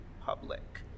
public